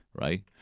right